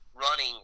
running